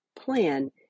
plan